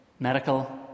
medical